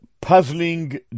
puzzling